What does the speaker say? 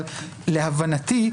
אבל להבנתי,